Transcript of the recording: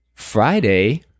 Friday